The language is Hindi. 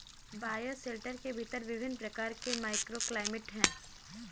बायोशेल्टर के भीतर विभिन्न प्रकार के माइक्रोक्लाइमेट हैं